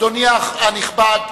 אדוני הנכבד,